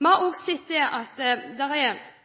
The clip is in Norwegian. Vi har også sett at det er